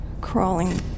crawling